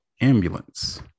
Ambulance